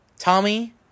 Tommy